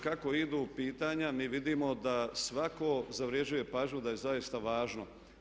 Kako idu pitanja mi vidimo da svako zavrjeđuje pažnju, da je zaista važno.